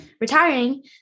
retiring